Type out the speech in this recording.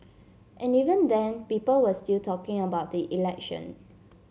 and even then people were still talking about the election